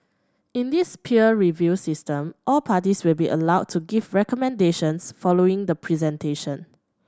in this peer review system all parties will be allowed to give recommendations following the presentation